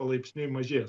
palaipsniui mažės